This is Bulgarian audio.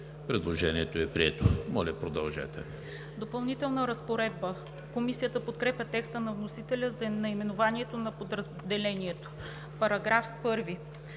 Предложението е прието. Моля, продължете,